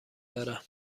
دارم